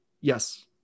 Yes